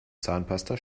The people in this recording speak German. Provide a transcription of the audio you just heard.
zahnpasta